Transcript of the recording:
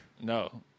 No